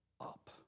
up